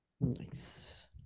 Nice